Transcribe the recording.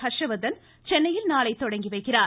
ஹர்ஷ்வர்தன் சென்னையில் நாளை தொடங்கி வைக்கிறார்